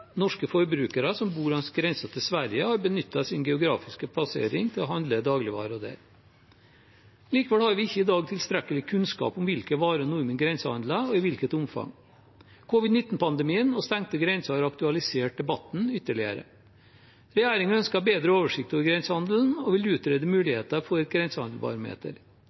norske forbrukere som bor langs grensen til Sverige, har benyttet sin geografiske plassering til å handle dagligvarer der. Likevel har vi ikke i dag tilstrekkelig kunnskap om hvilke varer nordmenn grensehandler, og i hvilket omfang. Covid-19-pandemien og stengte grenser har aktualisert debatten ytterligere. Regjeringen ønsker bedre oversikt over grensehandelen og vil utrede muligheter for et